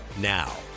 Now